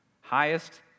highest